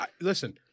Listen